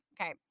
Okay